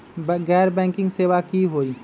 गैर बैंकिंग सेवा की होई?